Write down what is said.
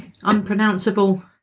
unpronounceable